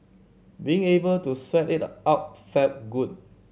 being able to sweat it out felt good